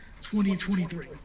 2023